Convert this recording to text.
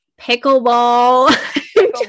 pickleball